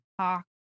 talk